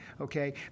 okay